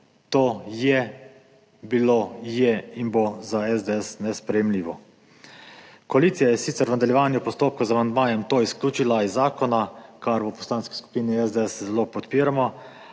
To je bilo, je in bo za SDS nesprejemljivo. Koalicija je sicer v nadaljevanju postopka z amandmajem to izključila iz zakona, kar v Poslanski skupini SDS zelo podpiramo,